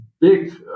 big